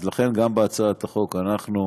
אז לכן, גם בהצעת החוק אנחנו